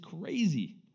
crazy